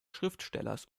schriftstellers